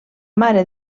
mare